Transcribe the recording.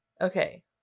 Okay